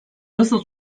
nasıl